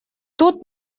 тут